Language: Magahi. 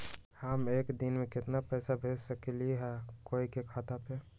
हम एक दिन में केतना पैसा भेज सकली ह कोई के खाता पर?